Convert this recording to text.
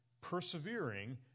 persevering